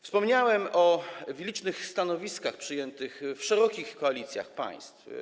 Wspomniałem w licznych stanowiskach przyjętych w szerokich koalicjach państw.